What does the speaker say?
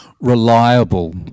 reliable